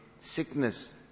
sickness